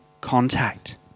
contact